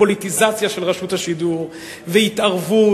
על פוליטיזציה של רשות השידור והתערבות